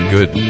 Good